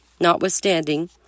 Notwithstanding